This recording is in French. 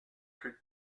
plus